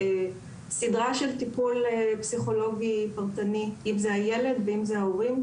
הישיבה הספציפית הזאת המשותפת של ועדת זכויות הילד וועדת החינוך